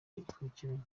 yikurikiranya